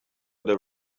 their